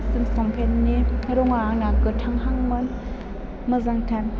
jeans लंपेननि रङा आंना गोथांहांमोन मोजांथार